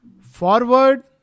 forward